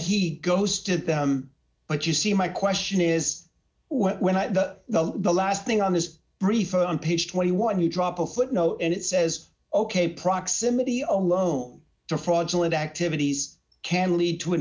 he goes to them but you see my question is when when the the last thing on his brief on page twenty one you drop a footnote and it says ok proximity alone are fraudulent activities can lead to an